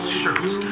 shirts